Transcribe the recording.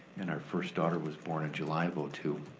and our first daughter was born in july of ah two,